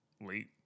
late